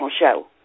show